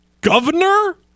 Governor